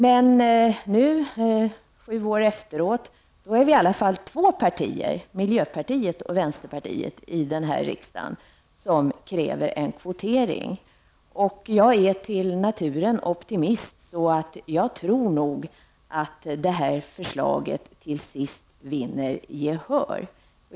Men nu, sju år senare, är det i alla fall två partier i riksdagen, dvs. miljöpartiet och vänsterpartiet, som kräver sådan kvotering. Jag är till naturen optimist, varför jag tror att det här förslaget till sist vinner gehör.